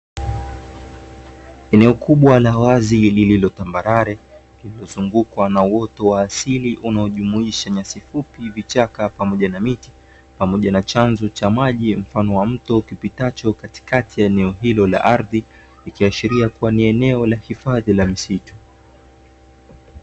Eneo kubwa la wazi liliotambarare, liliozungukwa na uoto wa asili unaojumuisha nyasi fupi, vichaka pamoja na miti; pamoja na chanzo cha maji mfano wa mto kipitacho katikati ya eneo hilo la ardhi, ikiashiria kuwa ni eneo la hifadhi la msitu.